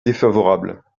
défavorable